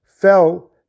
fell